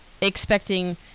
expecting